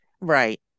Right